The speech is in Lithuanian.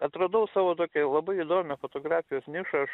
atradau savo tokią labai įdomią fotografijos nišą aš